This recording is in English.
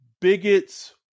bigots